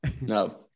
no